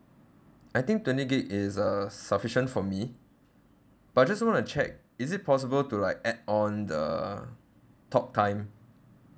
I think twenty gig is uh sufficient for me but I just want to check is it possible to like add on the talk time